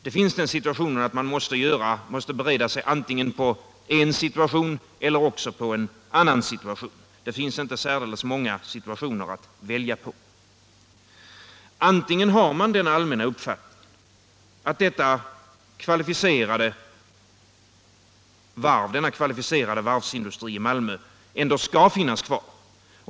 Det förhåller sig ju så, att man antingen måste bereda sig för en situation eller också för en annan — det finns alltså inte särskilt många situationer att välja mellan. Man kan ha den allmänna uppfattningen att denna kvalificerade varvsindustri i Malmö bör finnas kvar.